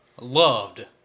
Loved